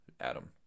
Adam